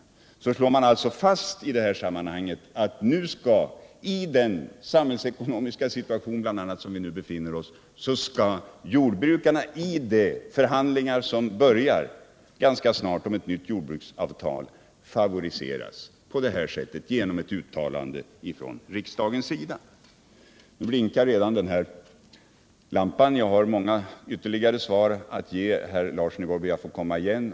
Men nu slår man alltså fast i detta sammanhang — och i den samhällsekonomiska situation vi nu befinner oss i — att jordbrukarna i de förhandlingar som ganska snart börjar om ett nytt jordbruksavtal skall favoriseras genom ett uttalande från riksdagens sida. Nu blinkar redan lampan i talarstolen. Jag har ytterligare svar att ge herr Larsson i Borrby, men jag får komma igen.